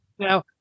Now